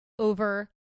over